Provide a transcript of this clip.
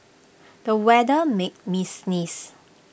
the weather made me sneeze